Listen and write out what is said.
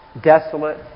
desolate